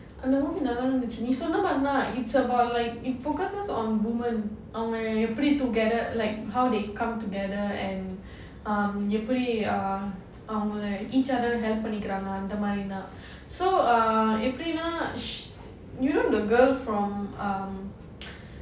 அவங்க ஊர்ல நல்லாதா இருந்துச்சு நீ சொன்ன மாதிரிதன்:avanga oorla nallaadha irundhuchu nee sonna maadhiridhaan it's about like it focuses on women on like அவங்க எப்படி:avanga eppadi together how they come together and um எப்படி அவங்க:eppadi avanga each other help பண்ணிக்கறாங்க:pannikiraanga so uh எப்படின்னா:eppadinaa you know the girl from